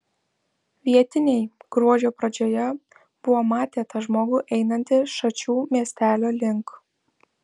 vietiniai gruodžio pradžioje buvo matę tą žmogų einantį šačių miestelio link